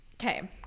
Okay